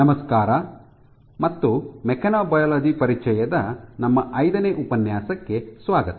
ನಮಸ್ಕಾರ ಮತ್ತು ಮೆಕ್ಯಾನೊಬಯಾಲಜಿ ಪರಿಚಯದ ನಮ್ಮ ಐದನೇ ಉಪನ್ಯಾಸಕ್ಕೆ ಸ್ವಾಗತ